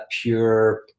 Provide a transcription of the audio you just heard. pure